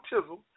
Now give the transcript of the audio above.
chisel